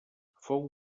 fou